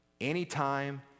Anytime